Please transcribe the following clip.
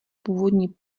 původní